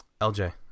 LJ